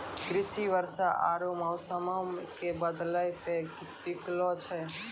कृषि वर्षा आरु मौसमो के बदलै पे टिकलो छै